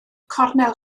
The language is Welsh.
cornel